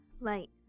Light